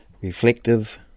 Reflective